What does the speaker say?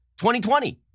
2020